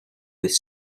with